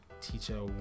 teacher